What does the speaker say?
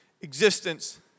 existence